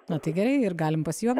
na tai gerai ir galim pasijuokt